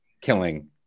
killing